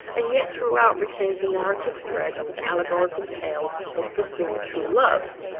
and yet throughout retains the narrative thread of the allegorical tale of pursuing true love.